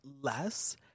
less